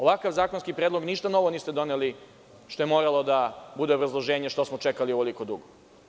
Ovakav zakonski predlog, ništa novo niste doneli što je moralo da bude obrazloženje što smo čekali ovoliko dugo.